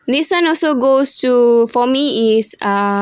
this one also goes to for me is ah